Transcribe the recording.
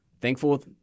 thankful